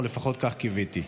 או לפחות כך קיוויתי.